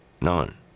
None